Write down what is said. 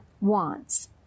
wants